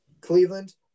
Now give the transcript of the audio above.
Cleveland